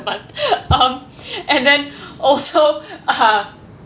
one month um and then also uh